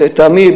לטעמי,